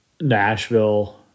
Nashville